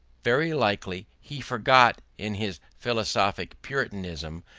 very likely he forgot, in his philosophic puritanism,